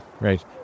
Right